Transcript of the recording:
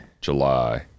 July